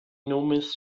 nomis